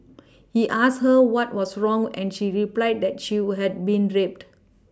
he asked her what was wrong and she replied that she would had been raped